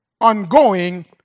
ongoing